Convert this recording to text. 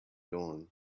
dawn